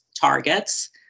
Targets